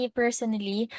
personally